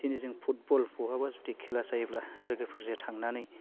बिदिनो जों फुटबल बहाबा जुदि खेला जायोब्ला लोगोफोरजों थांनानै